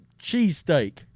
cheesesteak